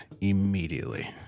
immediately